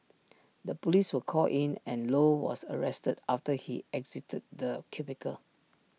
the Police were called in and low was arrested after he exited the cubicle